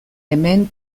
hemen